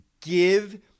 give